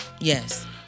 Yes